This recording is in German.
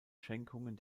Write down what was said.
schenkungen